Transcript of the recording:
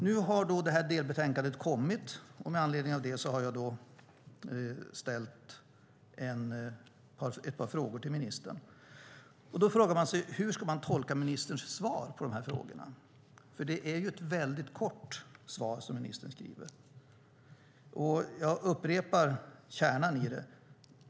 Nu har delbetänkandet kommit, och med anledning av det har jag ställt ett par frågor till ministern. Då frågar jag mig: Hur ska jag tolka ministerns svar på frågorna? Det är ju ett väldigt kort svar från ministern, och jag upprepar kärnan i det.